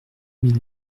mille